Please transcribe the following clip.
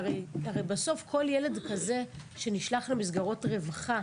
הרי בסוף על כל ילד כזה שנשלח למסגרות רווחה,